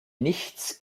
nichts